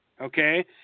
okay